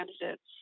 candidates